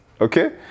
Okay